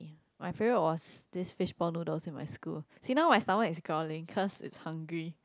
my favourite was this fishball noodles in my school see now my stomach is growling cause it's hungry